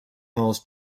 malls